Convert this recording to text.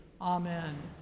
Amen